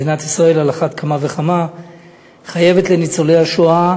מדינת ישראל על אחת כמה וכמה חייבת לניצולי השואה,